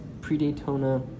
pre-Daytona